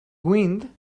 wind